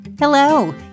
Hello